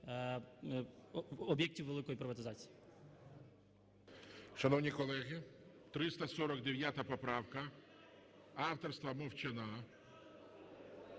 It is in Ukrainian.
об'єктів великої приватизації.